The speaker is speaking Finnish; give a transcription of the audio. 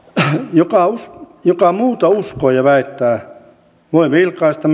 joka muuta uskoo ja väittää voi vilkaista